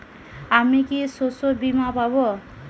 আমি কি শষ্যবীমা পাব?